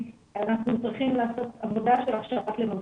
אנחנו צריכים לעשות עבודה של הכשרת לבבות.